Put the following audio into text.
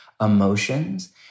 emotions